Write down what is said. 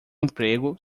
emprego